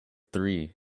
three